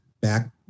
back